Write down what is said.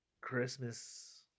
Christmas